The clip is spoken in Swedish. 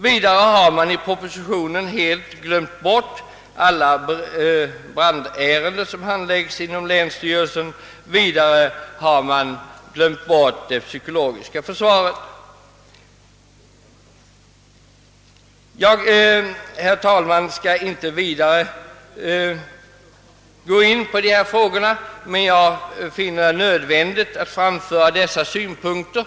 Vidare har man i propositionen helt glömt bort alla brandärenden som handläggs inom länsstyrelsen liksom det psykologiska försvaret. Jag skall, herr talman, inte gå in mera på dessa frågor, men jag har ansett det nödvändigt att framföra dessa synpunkter.